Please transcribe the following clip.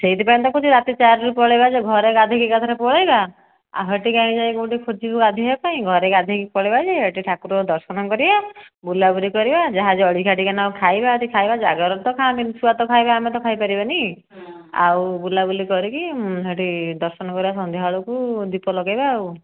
ସେଇଥିପାଇଁ ତ କହୁଛି ରାତି ଚାରିରୁ ପଳାଇବା ଯେ ଘରେ ଗାଧୋଇକି ଏକାଥରେ ପଳାଇବା ଆଉ ସେଠି କାଇଁ ଯାଇ ଗୋଟେ ଖୋଜିବୁ ଗାଧୋଇବା ପାଇଁ ଘରେ ଗାଧୋଇକି ପଳାଇବା ଯେ ସେଠି ଠାକୁର ଦର୍ଶନ କରିବା ବୁଲାବୁଲି କରିବା ଯାହା ଜଳଖିଆ ଟିକିଏ ନାକୁ ଖାଇବା ଯଦି ଖାଇବା ଜାଗର ତ ଖାଆନ୍ତିନି ଛୁଆ ତ ଖାଇବେ ଆମେ ତ ଖାଇପାରିବାନି ଆଉ ବୁଲାବୁଲି କରିକି ସେଠି ଦର୍ଶନ କରିବା ସନ୍ଧ୍ୟା ବେଳକୁ ଦୀପ ଲଗାଇବା ଆଉ